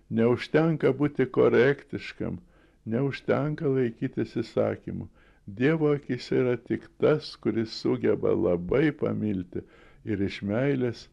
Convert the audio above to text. neužtenka būti korektiškam neužtenka laikytis įsakymų dievo akyse yra tik tas kuris sugeba labai pamilti ir iš meilės